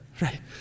right